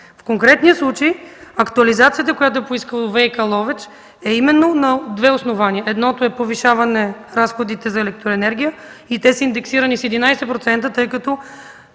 В конкретния случай актуализацията, която е поискала ВиК – Ловеч, е именно на две основания. Едното е повишаване разходите за електроенергия и те са индексирани с 11%, тъй като